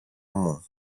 μου